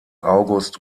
august